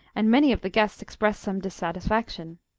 and many of the guests expressed some dissatisfaction.